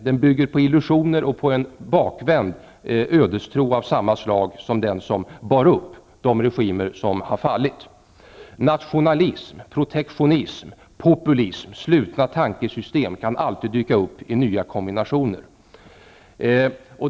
Den bygger på illusioner och på en bakvänd ödestro av samma slag som den som bar upp de regimer som har fallit. Nationalism, protektionism, populism, slutna tankesystem kan alltid dyka upp i nya kombinationer.